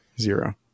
Zero